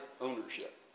ownership